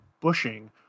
bushing